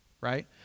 right